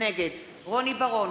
נגד רוני בר-און,